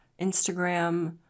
Instagram